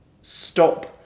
stop